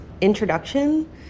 introduction